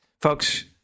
Folks